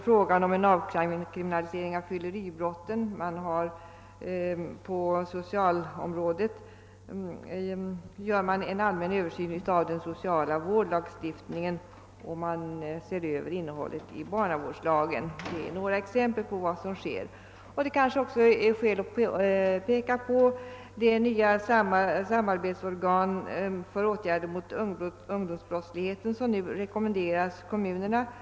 Frågan om avkriminalisering av fylleribrotten utreds. På socialområdet företas en allmän genomgång av den sociala vårdlagstiftningen, och man ser över innehållet i barnavårdslagen. Det är några exempel på vad som sker. Det kanske också är skäl att peka på det nya samarbetsorgan för åtgärder mot ungdomsbrottsligheten som man nu rekommenderar åt kommunerna att inrätta.